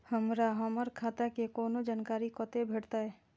हमरा हमर खाता के कोनो जानकारी कते भेटतै